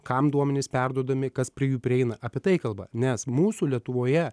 kam duomenys perduodami kas prie jų prieina apie tai kalba nes mūsų lietuvoje